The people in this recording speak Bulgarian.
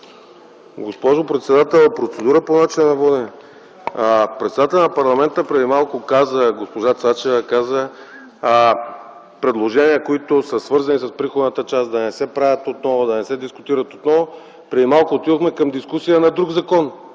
Госпожо председател, процедура по начина на водене. Председателят на парламента госпожа Цачева каза: предложения, които са свързани с приходната част, да не се правят отново, да не се дискутират отново. Преди малко отидохме към дискусия на друг закон.